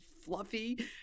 fluffy